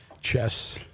chess